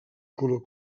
color